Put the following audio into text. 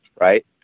Right